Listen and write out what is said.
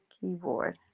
Keyboard